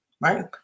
right